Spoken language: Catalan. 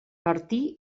martí